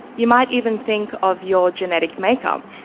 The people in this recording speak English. you might even think of your genetic makeup.